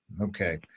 Okay